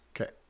Okay